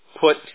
put